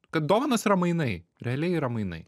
kad dovanos yra mainai realiai yra mainai